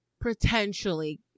potentially